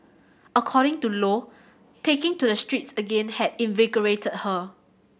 according to Lo taking to the streets again had invigorated her